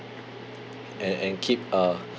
and and keep uh